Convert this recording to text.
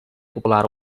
popular